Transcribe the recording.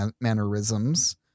mannerisms